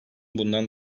bundan